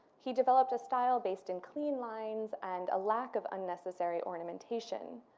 he developed a style based in clean lines and a lack of unnecessary ornamentation,